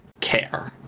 care